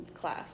class